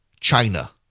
china